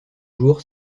jours